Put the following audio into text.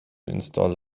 install